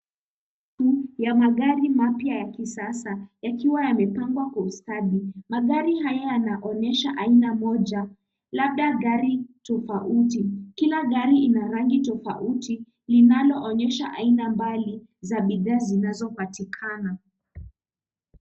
Magari mapya ya kisasa yakiwa yamepangwa kwa ustadi. Magari haya yanaonyesha aina moja labda gari tofauti. Kila gari lina rangi tofauti linaloonyesha aina mbali za bidhaa zinazopatikana.